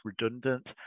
redundant